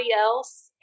else